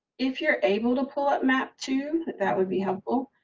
if you're able to pull it map to, that would be helpful.